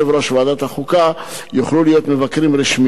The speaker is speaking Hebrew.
ועדת החוקה יוכלו להיות מבקרים רשמיים,